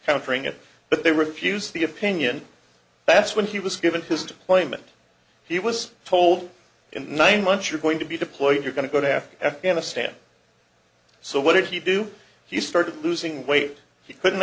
countering it but they refuse the opinion that's when he was given his deployment he was told in nine months you're going to be deployed you're going to go to afghanistan so what did he do he started losing weight he couldn't